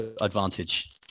advantage